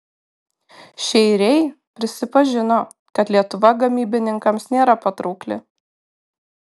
šeiriai prisipažino kad lietuva gamybininkams nėra patraukli